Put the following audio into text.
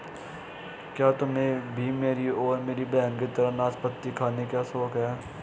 क्या तुम्हे भी मेरी और मेरी बहन की तरह नाशपाती खाने का शौक है?